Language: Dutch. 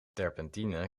terpentine